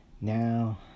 Now